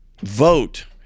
vote